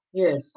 yes